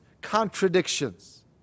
contradictions